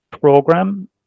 program